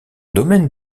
domaine